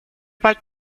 bald